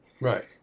Right